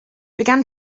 began